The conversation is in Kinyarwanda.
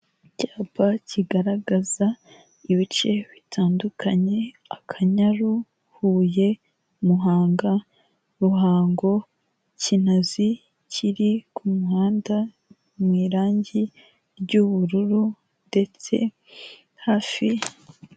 Icyapa kigaragaza ibice bitandukanye, Akanyaru, Huye, Muhanga, Ruhango, Kinazi kiri ku muhanda mu irangi ry'ubururu ndetse hafi...